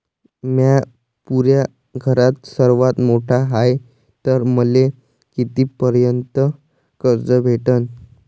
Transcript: म्या पुऱ्या घरात सर्वांत मोठा हाय तर मले किती पर्यंत कर्ज भेटन?